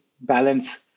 balance